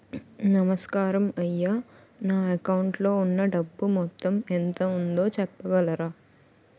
నమస్కారం అయ్యా నా అకౌంట్ లో ఉన్నా డబ్బు మొత్తం ఎంత ఉందో చెప్పగలరా?